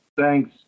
thanks